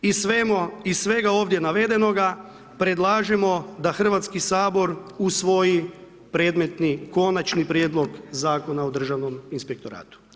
Iz svega ovdje navedenoga predlažemo da Hrvatski sabor usvoji predmetni, Konačni prijedlog Zakona o Državnom inspektoratu.